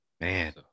Man